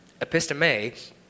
Episteme